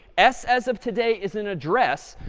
s as of today, is an address.